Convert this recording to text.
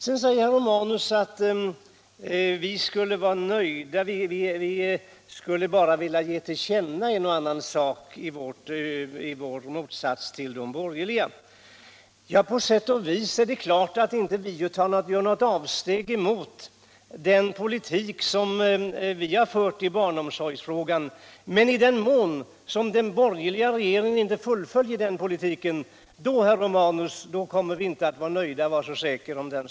Vidare sade herr Romanus att vi i vår motsatsställning till de borgerliga bara vill ge till känna en och annan sak. Ja, det är klart att vi inte vill göra något avsteg från den politik som vi har fört i barnomsorgsfrågan. Men i den mån som den borgerliga regeringen inte fullföljer den politiken kommer vi inte att vara nöjda, herr Romanus. Var så säker på det!